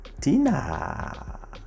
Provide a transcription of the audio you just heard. Tina